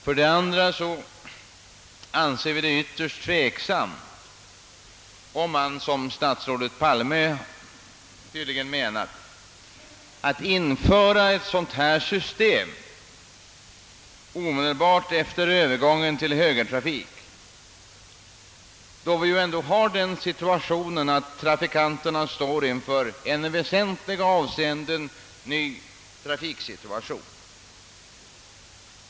För det andra anser vi det ytterst tveksamt att — som statsrådet Palme tydligen har för avsikt — införa ett sådant här system omedelbart efter övergången till högertrafik, då trafikanterna står inför en i väsentliga avseenden ny trafiksituation.